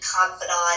confidant